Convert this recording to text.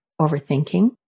overthinking